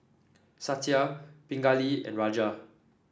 Satya Pingali and Raja